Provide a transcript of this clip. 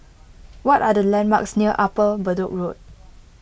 what are the landmarks near Upper Bedok Road